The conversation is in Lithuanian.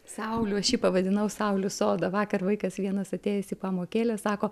saulių aš jį pavadinau saulių sodą vakar vaikas vienas atėjęs į pamokėlę sako